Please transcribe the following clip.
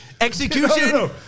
execution